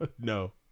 No